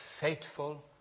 fateful